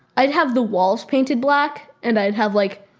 i'd have the walls painted black and i'd have like.